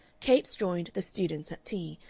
capes joined the students at tea,